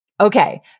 Okay